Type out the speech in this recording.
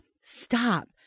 Stop